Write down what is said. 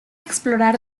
explorar